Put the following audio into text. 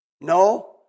No